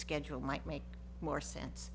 schedule might make more sense